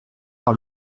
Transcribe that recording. par